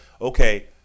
okay